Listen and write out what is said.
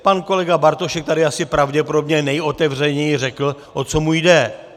Pan kolega Bartošek tady asi pravděpodobně nejotevřeněji řekl, o co mu jde.